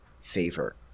favor